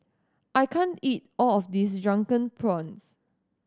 I can't eat all of this Drunken Prawns